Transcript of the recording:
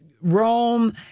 Rome